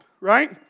right